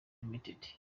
rtd